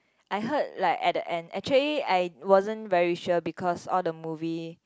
I heard like at the end actually I wasn't very sure because all the movie